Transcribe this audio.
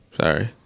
Sorry